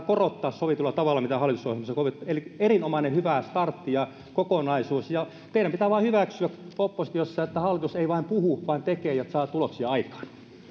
korottaa sovitulla tavalla miten hallitusohjelmassa sovittiin eli erinomaisen hyvä startti ja kokonaisuus teidän pitää vain hyväksyä oppositiossa että hallitus ei vain puhu vaan tekee ja saa tuloksia aikaan